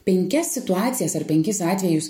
penkias situacijas ar penkis atvejus